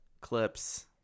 clips